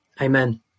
Amen